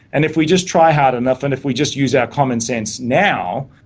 and if we just try hard enough and if we just use our common sense now,